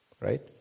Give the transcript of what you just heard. right